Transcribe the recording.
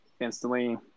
instantly